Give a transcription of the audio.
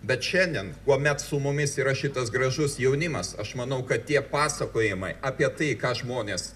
bet šiandien kuomet su mumis yra šitas gražus jaunimas aš manau kad tie pasakojimai apie tai ką žmonės